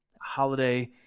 holiday